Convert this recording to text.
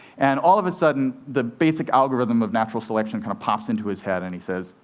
and all of a sudden, the basic algorithm of natural selection kind of pops into his head, and he says,